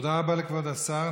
תודה רבה לכבוד השר.